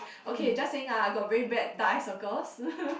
okay just saying ah I got very bad dark eye circles